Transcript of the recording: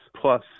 plus